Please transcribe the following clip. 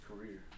career